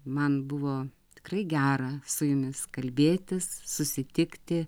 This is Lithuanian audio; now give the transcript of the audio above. man buvo tikrai gera su jumis kalbėtis susitikti